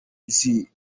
ziri